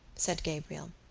said gabriel.